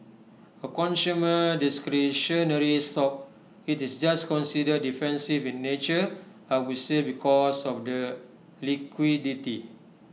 A consumer discretionary stock IT is just considered defensive in nature I would say because of the liquidity